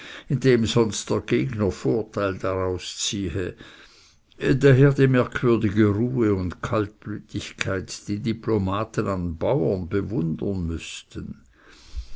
sonst der gegner vorteil daraus ziehe daher die merkwürdige ruhe und kaltblütigkeit die diplomaten an bauern bewundern müßten